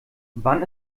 wann